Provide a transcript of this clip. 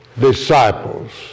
disciples